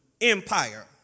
Empire